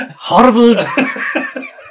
horrible